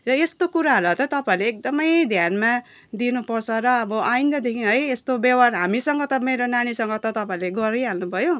र यस्तो कुराहरूलाई त तपाईँले एकदमै ध्यानमा दिनुपर्छ र अब आइन्दादेखि है यस्तो व्यवहार हामीसँग त मेरो नानीसँग त तपाईँले गरिहाल्नु भयो